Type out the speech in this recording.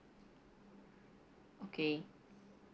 okay